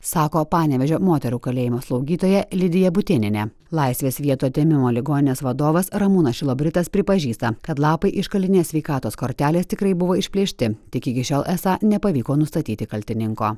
sako panevėžio moterų kalėjimo slaugytoja lidija butėnienė laisvės vietų atėmimo ligoninės vadovas ramūnas šilobritas pripažįsta kad lapai iš kalinės sveikatos kortelės tikrai buvo išplėšti tik iki šiol esą nepavyko nustatyti kaltininko